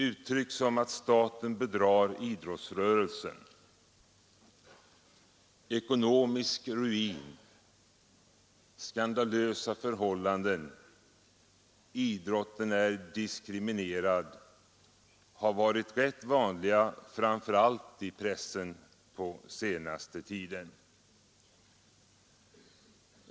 Uttryck som att staten bedrar idrottsrörelsen, ekonomisk ruin, skandalösa förhållanden, idrotten är diskriminerad har varit rätt vanliga framför allt i pressen på senaste tid.